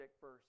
first